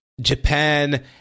japan